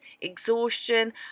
exhaustion